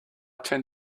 tend